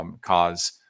cause